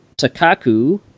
Takaku